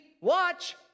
watch